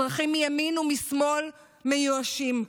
אזרחים מימין ומשמאל מיואשים.